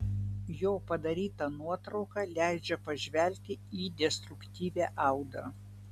jo padaryta nuotrauka leidžia pažvelgti į destruktyvią audrą